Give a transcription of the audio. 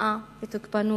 שנאה ותוקפנות.